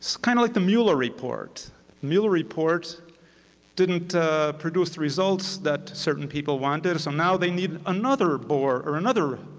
kind of like the mueller report. the mueller report didn't produce the results that certain people wanted, so now they need another board or another